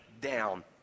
down